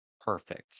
perfect